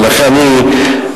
ולכן אני רגוע,